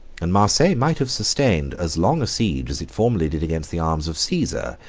and marseilles might have sustained as long a siege as it formerly did against the arms of caesar,